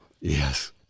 Yes